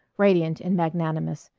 radiant and magnanimous.